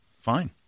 fine